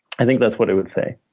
i think that's what it would say.